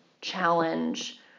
challenge